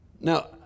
Now